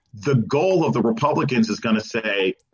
the goal of the republicans is going to say,